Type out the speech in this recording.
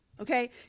Okay